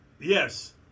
Yes